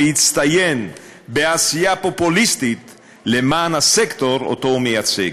להצטיין בעשייה פופוליסטית למען הסקטור שהוא מייצג.